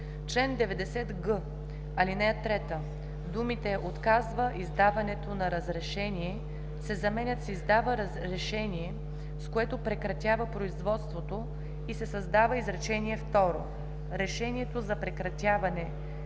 чл. 90г, ал. 3 думите „отказва издаването на разрешение“ се заменят с „издава решение, с което прекратява производството“ и се създава изречение второ: „Решението за прекратяване